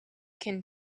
can